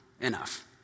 enough